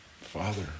Father